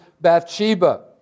Bathsheba